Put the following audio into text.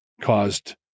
caused